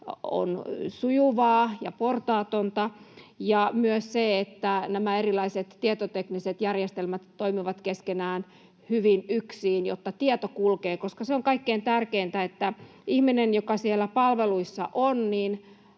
on sujuvaa ja portaatonta. Ja myös on tärkeää se, että nämä erilaiset tietotekniset järjestelmät toimivat keskenään hyvin yksiin, jotta tieto kulkee, koska se on kaikkein tärkeintä, että sen ihmisen, joka siellä palveluissa on,